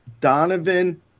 Donovan